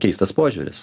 keistas požiūris